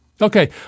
Okay